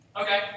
Okay